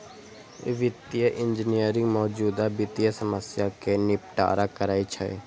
वित्तीय इंजीनियरिंग मौजूदा वित्तीय समस्या कें निपटारा करै छै